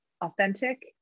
authentic